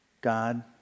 God